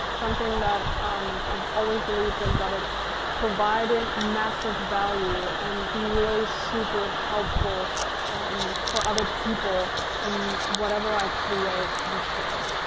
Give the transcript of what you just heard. something that um i've always believed in but it's providing massive value and be really super helpful um for other people in whatever i create and share.